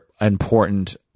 important